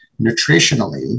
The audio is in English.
nutritionally